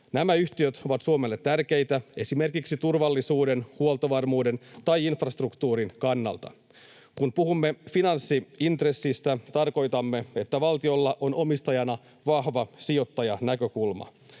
Nämä yhtiöt ovat Suomelle tärkeitä esimerkiksi turvallisuuden, huoltovarmuuden tai infrastruktuurin kannalta. Kun puhumme finanssi-intressistä, tarkoitamme, että valtiolla on omistajana vahva sijoittajanäkökulma.